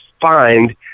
find